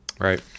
Right